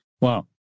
Wow